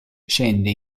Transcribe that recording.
scende